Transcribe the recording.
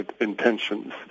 intentions